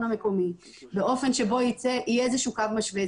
המקומי באופן שיהיה איזה שהוא קו משווה.